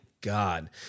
God